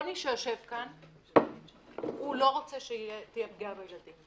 כל מי שיושב כאן, הוא לא רוצה שתהיה פגיעה בילדים.